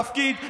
תפקיד,